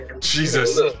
Jesus